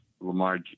Lamar